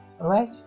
right